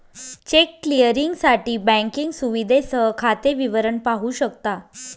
check क्लिअरिंगसाठी banking सुविधेसह खाते विवरण पाहू शकता